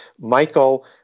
Michael